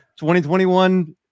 2021